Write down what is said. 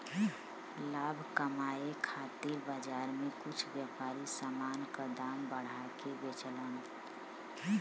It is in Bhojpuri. लाभ कमाये खातिर बाजार में कुछ व्यापारी समान क दाम बढ़ा के बेचलन